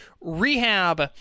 Rehab